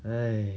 !hais!